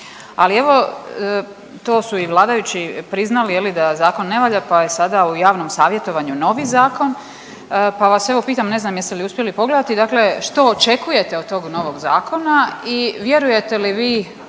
Ali evo to su i vladajući priznali je li da zakon ne valja, pa je sada u javnom savjetovanju novi zakon, pa vas evo pitam ne znam jeste li uspjeli pogledati, dakle što očekujete od tog novog zakona i vjerujete li vi